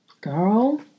girl